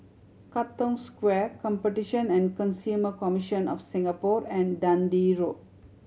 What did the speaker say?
Katong Square Competition and Consumer Commission of Singapore and Dundee Road